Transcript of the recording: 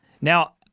Now